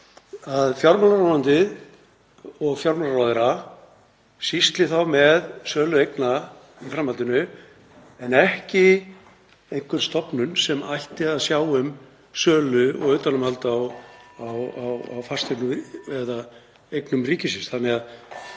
að fjármálaráðuneytið og fjármálaráðherra sýsli með sölu eigna í framhaldinu en ekki einhver stofnun sem ætti að sjá um sölu og utanumhald á fasteignum eða eignum ríkisins?